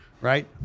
Right